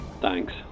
Thanks